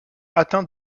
atteint